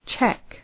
Check